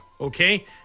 okay